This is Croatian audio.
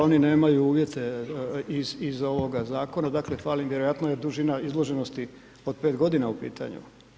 Da oni nemaju uvjete iz ovoga zakona, dakle fali im vjerojatno je dužina izloženosti od 5 godina u pitanju.